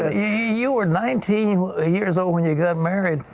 ah you were nineteen ah years old when you got married.